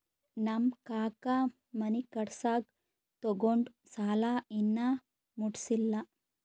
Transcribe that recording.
ನಮ್ ಕಾಕಾ ಮನಿ ಕಟ್ಸಾಗ್ ತೊಗೊಂಡ್ ಸಾಲಾ ಇನ್ನಾ ಮುಟ್ಸಿಲ್ಲ